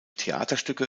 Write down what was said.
theaterstücke